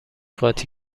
قاطی